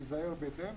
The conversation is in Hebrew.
שייזהר בהתאם.